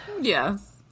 Yes